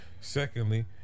Secondly